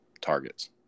targets